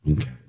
Okay